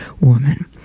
woman